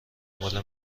دنبال